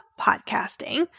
podcasting